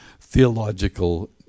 theological